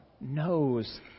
knows